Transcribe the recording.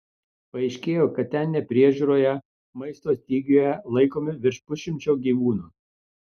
paaiškėjo kad ten nepriežiūroje maisto stygiuje laikomi virš pusšimčio gyvūnų